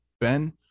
Ben